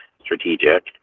strategic